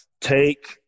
Take